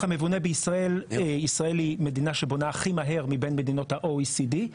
ישראל היא מדינה שבונה הכי מהר מבין מדינות ה OECD,